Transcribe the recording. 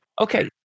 Okay